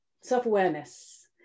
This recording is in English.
self-awareness